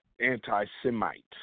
anti-Semite